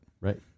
Right